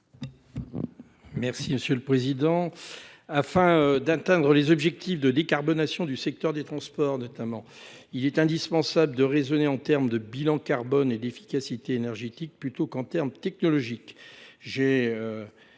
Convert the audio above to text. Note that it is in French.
M. Gilbert Luc Devinaz. Afin d’atteindre les objectifs de décarbonation du secteur des transports notamment, il est indispensable de raisonner en termes de bilan carbone et d’efficacité énergétique, plutôt qu’en termes technologiques.